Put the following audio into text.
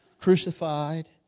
crucified